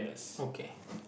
okay